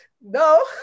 No